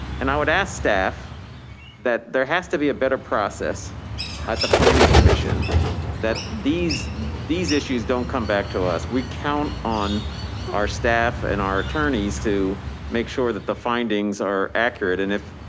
and i would ask staff that there has to be a better process at the planning commission that these these issues don't come back to us. we count on our staff and our attorneys to make sure that the findings are accurate. and if.